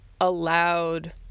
allowed